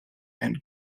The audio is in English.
and